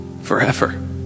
Forever